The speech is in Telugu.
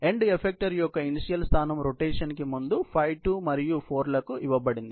ఎండ్ ఎఫెక్టర్ యొక్క ఇనీషియల్ స్థానం రొటేషన్ కి ముందు 5 2 మరియు 4 లకు ఇవ్వబడింది